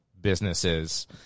businesses